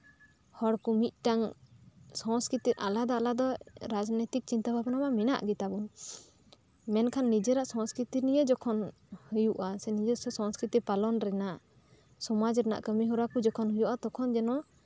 ᱦᱚᱲᱠᱚ ᱢᱤᱫᱴᱟᱱ ᱥᱚᱥᱠᱨᱤᱛᱤ ᱟᱞᱟᱫᱟ ᱟᱞᱟᱫᱟ ᱨᱟᱡᱱᱳᱭᱛᱤᱠ ᱪᱤᱱᱛᱟᱹ ᱵᱷᱟᱵᱽᱱᱟ ᱢᱟ ᱢᱮᱱᱟᱜ ᱜᱮᱛᱟ ᱵᱚᱱ ᱢᱮᱱᱠᱷᱟᱱ ᱱᱤᱡᱮᱨᱟᱜ ᱥᱚᱥᱠᱨᱤᱛᱤ ᱱᱤᱭᱮ ᱡᱚᱠᱷᱚᱱ ᱦᱩᱭᱩᱜᱼᱟ ᱥᱮ ᱱᱤᱡᱮᱥᱥᱚ ᱥᱠᱨᱤᱛᱤ ᱯᱟᱞᱚᱱ ᱨᱮᱭᱟᱜ ᱥᱚᱢᱟᱡ ᱨᱮᱭᱟᱜ ᱠᱟᱹᱢᱤ ᱦᱚᱨᱟ ᱠᱚ ᱡᱚᱠᱷᱚᱱ ᱦᱩᱭᱩᱜᱼᱟ ᱛᱚᱠᱷᱚᱱ ᱡᱮᱱᱚ